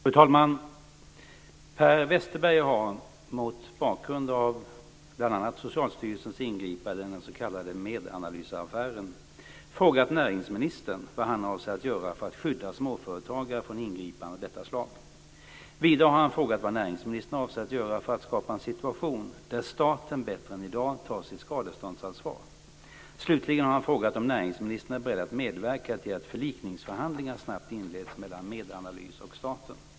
Fru talman! Per Westerberg har, mot bakgrund av bl.a. Socialstyrelsens ingripande i den s.k. Medanalysaffären, frågat näringsministern vad han avser att göra för att skydda småföretagare från ingripande av detta slag. Vidare har han frågat vad näringsministern avser att göra för att skapa en situation där staten bättre än i dag tar sitt skadeståndsansvar. Slutligen har han frågat om näringsministern är beredd att medverka till att förlikningsförhandlingar snabbt inleds mellan Medanalys och staten.